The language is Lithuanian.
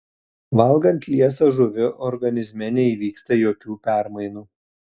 valgant liesą žuvį organizme neįvyksta jokių permainų